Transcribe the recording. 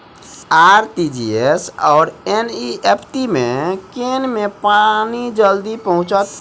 RTGS आओर NEFT मे केँ मे पानि जल्दी पहुँचत